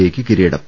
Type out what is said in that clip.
ഐയ്ക്ക് കിരീടം